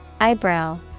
Eyebrow